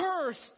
cursed